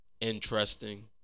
interesting